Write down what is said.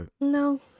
No